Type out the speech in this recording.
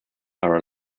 are